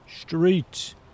Street